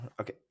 okay